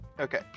Okay